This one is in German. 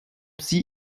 sie